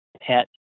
pet